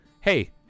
hey